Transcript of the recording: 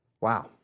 Wow